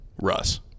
Russ